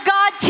God